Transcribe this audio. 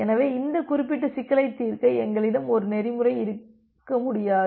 எனவே இந்த குறிப்பிட்ட சிக்கலை தீர்க்க எங்களிடம் ஒரு நெறிமுறை இருக்க முடியாது